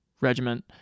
regiment